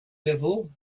level